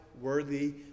worthy